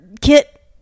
kit